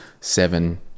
Seven